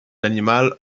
animal